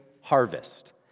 harvest